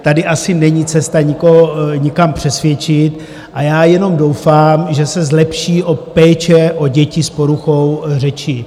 Tady asi není cesta nikoho nikam přesvědčit a já jenom doufám, že se zlepší péče o děti s poruchou řeči.